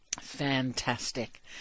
Fantastic